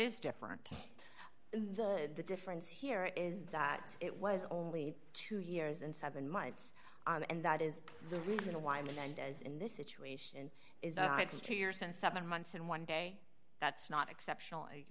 is different the difference here is that it was only two years and seven months and that is the reason why mendez in this situation is ides two years and seven months and one day that's not exceptional